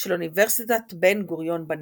של אוניברסיטת בן-גוריון בנגב.